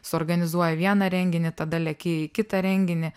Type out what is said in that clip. suorganizuoji vieną renginį tada leki į kitą renginį